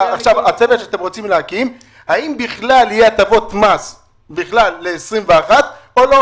הצוות שאתם רוצים להקים הוא בשאלה האם בכלל יהיו הטבות מס ל-2021 או לא.